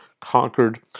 conquered